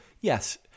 Yes